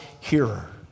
hearer